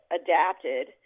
adapted